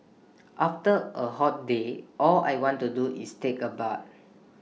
after A hot day all I want to do is take A bath